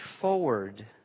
forward